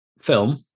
film